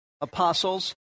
apostles